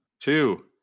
Two